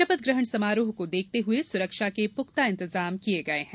शपथ ग्रहण समारोह को देखते हुए सुरक्षा के पुख्ता इंतजाम किये गये हैं